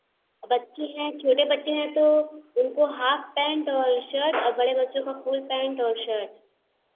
बच्ची हैं छोटे बच्चे है तो उनको हाफ पैंट और शर्ट और बड़े बच्चों को फुल पैंट और शर्ट